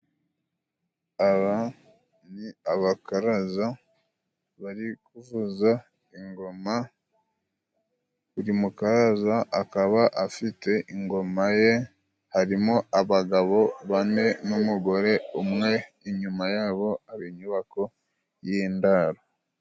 Aba ni abakaraza bari kuvuza ingoma, buri mukaraza akaba afite ingoma ye, harimo abagabo bane n'umugore umwe, inyuma yabo hari inyubako y'indaro .